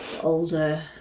older